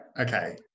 okay